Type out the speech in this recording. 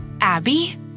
Abby